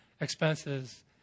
expenses